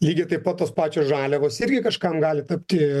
lygiai taip pat tos pačios žaliavos irgi kažkam gali tapti